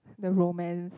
the romance